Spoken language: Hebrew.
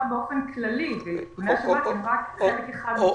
באופן כללי ואיכוני השב"כ הם רק חלק אחד.